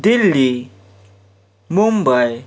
Delhi Mumbai